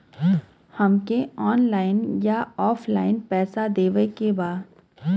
हमके ऑनलाइन या ऑफलाइन पैसा देवे के बा?